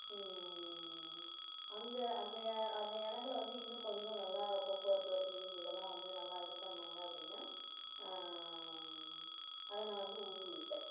அங்கே அந்த ஏ அந்த இடங்கள வந்து இன்னும் கொஞ்சம் நல்லா போக்குவரத்து வசதி இந்த இதெல்லாம் வந்து நல்லா இது பண்ணாங்க அப்படின்னா அதை நான் வந்து ஊக்குவிப்பேன்